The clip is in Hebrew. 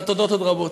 והתודות עוד רבות.